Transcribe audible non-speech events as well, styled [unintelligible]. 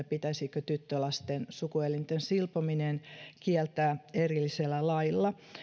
[unintelligible] pitäisikö tyttölasten sukuelinten silpominen kieltää erillisellä lailla